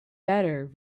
better